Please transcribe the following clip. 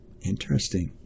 Interesting